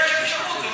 יש אפשרות.